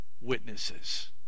witnesses